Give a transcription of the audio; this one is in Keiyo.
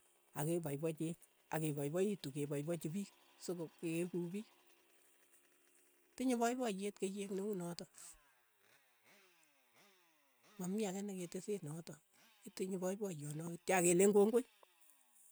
Akepaipacheech, akepaipaitu kepaipachii piik, sokokeeku piik, tinye paipayeet keiyeek ne unotok, mamii ake neketese notok, kitinye poipoyono kityo, akeleen kongoi.